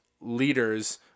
leaders